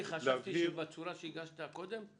אני חשבתי שבצורה שהגשת קודם,